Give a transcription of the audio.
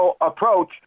approach